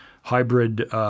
hybrid